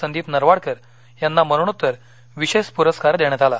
संदीप नरवाडकर यांना मरणोत्तर विशेष प्रस्कार देण्यात आला